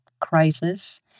crisis